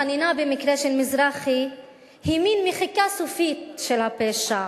החנינה במקרה של מזרחי היא מין מחיקה סופית של הפשע.